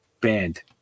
band